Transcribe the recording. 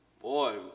Boy